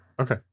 Okay